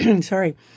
Sorry